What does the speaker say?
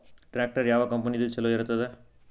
Tractor ಯಾವ ಕಂಪನಿದು ಚಲೋ ಇರತದ?